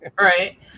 Right